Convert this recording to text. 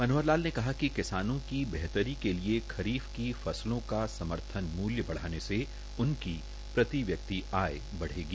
मनोहर लाल ने कहा क कसान क बेहतर के लए खर फ क फसल का समथन मू य बढा़ ने से उनक त यित आय बढ़ेगी